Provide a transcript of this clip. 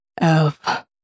Ev